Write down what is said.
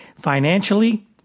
Financially